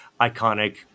iconic